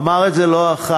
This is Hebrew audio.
אמר את זה לא אחת,